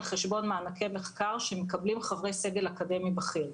חשבון מענקי מחקר שמקבלים חברי סגל אקדמי בכיר.